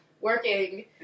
working